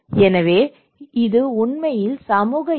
எனவே இது உண்மையில் சமூக எல்லை